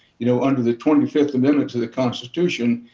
you know, under the twenty fifth amendment to the constitution,